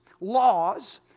laws